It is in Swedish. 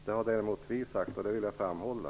Det har däremot vi föreslagit, och det vill jag framhålla.